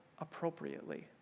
appropriately